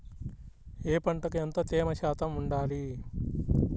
ఏ పంటకు ఎంత తేమ శాతం ఉండాలి?